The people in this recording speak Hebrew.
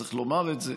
צריך לומר את זה.